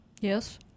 Yes